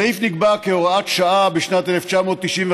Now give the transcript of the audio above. הסעיף נקבע כהוראת שעה בשנת 1995,